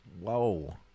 Whoa